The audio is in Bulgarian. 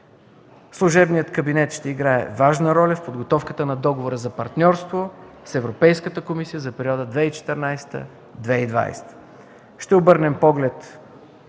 Служебният кабинет ще играе важна роля в подготовката на договора за партньорство с Европейската комисия за периода 2014-2020 г. Ще обърнем поглед